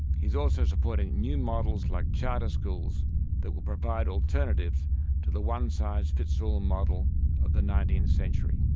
he is also supporting new models like charter schools that will provide alternatives to the one-size-fits-all model of the nineteenth century.